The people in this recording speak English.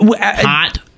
Hot